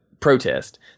protest